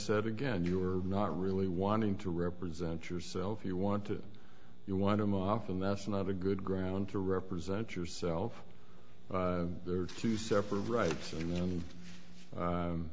said again you're not really wanting to represent yourself you want to you want him off and that's not a good ground to represent yourself there are two separate rights and he